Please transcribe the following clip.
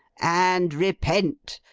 and repent.